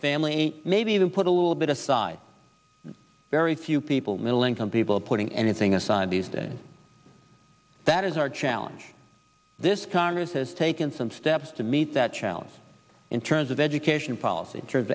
family maybe even put a little bit aside very few people middle income people putting anything aside these days that is our challenge this congress has taken some steps to meet that challenge in terms of education policy